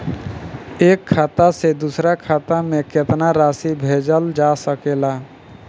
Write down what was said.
एक खाता से दूसर खाता में केतना राशि भेजल जा सके ला?